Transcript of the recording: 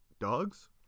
Dogs